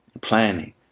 planning